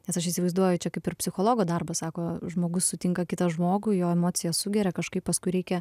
nes aš įsivaizduoju čia kaip ir psichologo darbas sako žmogus sutinka kitą žmogų jo emocijas sugeria kažkaip paskui reikia